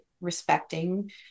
respecting